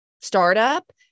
startup